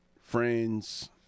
friends